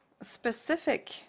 specific